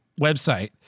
website